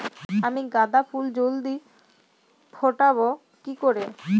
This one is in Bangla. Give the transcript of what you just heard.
আমি গাঁদা ফুল জলদি ফোটাবো কি করে?